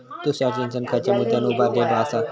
तुषार सिंचन खयच्या मुद्द्यांवर उभारलेलो आसा?